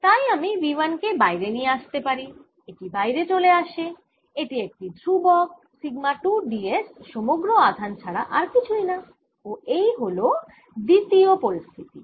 তাই আমি V 1 কে বাইরে নিয়ে আসতে পারি এটি বাইরে চলে আসে এটি একটি ধ্রুবক সিগমা 2 d s সমগ্র আধান ছাড়া আর কিছুই না ও এই হল দ্বিতীয় পরিস্থিতি